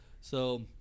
So-